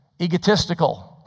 Egotistical